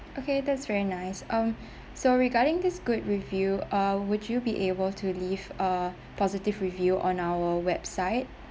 okay that's very nice um so regarding this good review uh would you be able to leave a positive review on our website